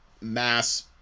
mass